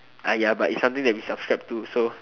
ah ya but it's something that you subscribed to so